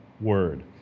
word